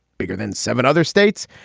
bigger than seven other states.